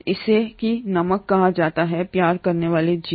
इसे ही नमक कहा जाता है प्यार करने वाले जीव